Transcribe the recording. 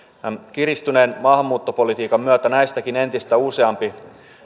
kiristyneen maahanmuuttopolitiikan myötä näistäkin entistä useampi